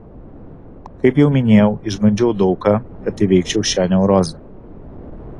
kaip jau minėjau išbandžiau daug ką kad įveikčiau šią neurozę